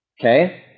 okay